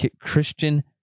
Christian